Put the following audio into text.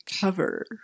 cover